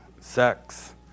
sex